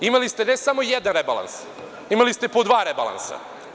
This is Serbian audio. Imali ste ne samo jedan rebalans, imali ste po dva rebalansa.